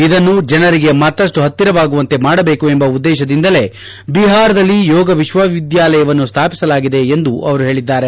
ಇದನ್ನು ಜನರಿಗೆ ಮತ್ತಷ್ಟು ಪತ್ತಿರವಾಗುವಂತೆ ಮಾಡಬೇಕು ಎಂಬ ಉದ್ದೇಶದಿಂದಲೇ ಬಿಹಾರದಲ್ಲಿ ಯೋಗ ವಿಶ್ವವಿದ್ಯಾಲಯವನ್ನು ಸ್ಥಾಪಿಸಲಾಗಿದೆ ಎಂದು ಅವರು ಹೇಳಿದ್ದಾರೆ